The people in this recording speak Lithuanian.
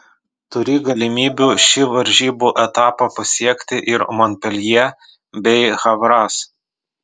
turi galimybių šį varžybų etapą pasiekti ir monpeljė bei havras